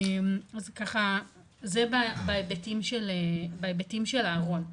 אז זה בהיבטים של הארון.